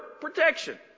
protection